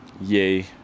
Yay